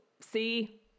See